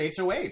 HOH